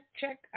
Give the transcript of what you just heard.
check